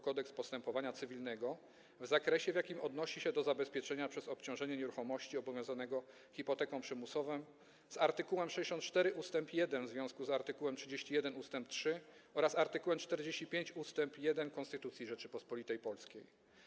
Kodeks postępowania cywilnego w zakresie, w jakim odnosi się do zabezpieczenia przez obciążenie nieruchomości obowiązanego hipoteką przymusową, z art. 64 ust. 1 w związku z art. 31 ust. 3 oraz art. 45 ust. 1 Konstytucji Rzeczypospolitej Polskiej.